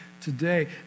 today